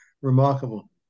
remarkable